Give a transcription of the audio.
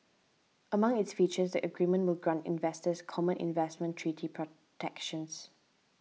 among its features the agreement will grant investors common investment treaty protections